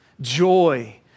Joy